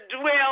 dwell